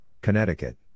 Connecticut